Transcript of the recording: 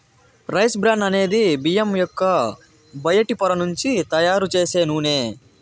rice bran అనేది బియ్యం యొక్క బయటి పొర నుంచి తయారు చేసే నూనె